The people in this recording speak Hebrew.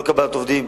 אי-קבלת עובדים,